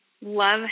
love